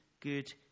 good